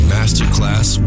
Masterclass